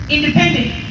Independent